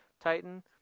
Titan